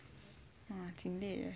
!wah! jin 累 leh